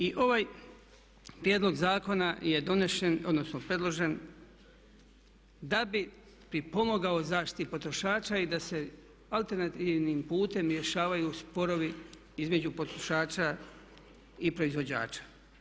I ovaj prijedlog zakona je donošen, odnosno predložen da bi pripomogao zaštiti potrošača i da se alternativnim putem rješavaju sporovi između potrošača i proizvođača.